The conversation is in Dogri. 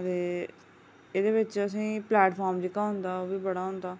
अदे एह्दे बेच असें ई पलैटफार्म जेह्का होंदा ओह् बी बड़ा होंदा